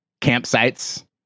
campsites